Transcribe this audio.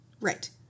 Right